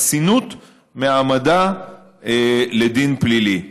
חסינות מהעמדה לדין פלילי.